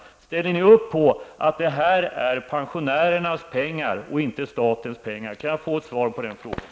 Ställer ni er bakom att det här är pensionärernas pengar, inte statens pengar? Kan jag få ett svar på den frågan?